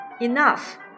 enough